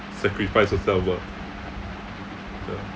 sacrifice yourself ah ya